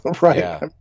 right